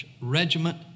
Regiment